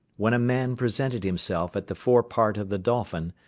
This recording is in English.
when a man presented himself at the fore part of the dolphin,